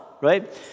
right